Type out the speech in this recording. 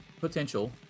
potential